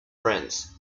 friends